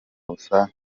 busanzwe